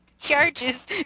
charges